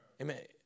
Amen